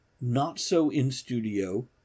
not-so-in-studio